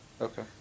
Okay